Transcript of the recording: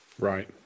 Right